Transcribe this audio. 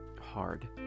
hard